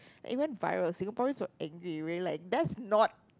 it went viral Singaporeans were angry we were like that's not